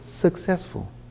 successful